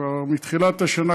כבר מתחילת השנה,